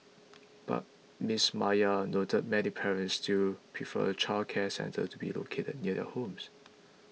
but Miss Maya noted many parents still prefer childcare centres to be located near their homes